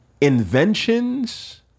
inventions